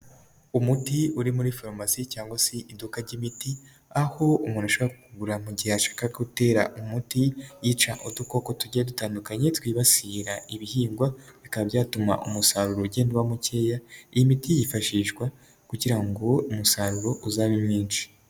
Umuti uri muri farumasi cyangwa se iduka ry'imiti, aho umuntu ashaka kugura mu gihe ashaka gutera umuti yica udukoko tujya dutandukanye twibasira ibihingwa bikaba byatuma umusaruro ugenda uba mukeya, iyi miti yifashishwa kugira ngo umusaruro uzabe mwinshi.